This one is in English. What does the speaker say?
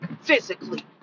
physically